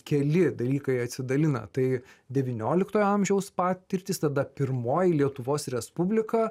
keli dalykai atsidalina tai devynioliktojo amžiaus patirtys tada pirmoji lietuvos respublika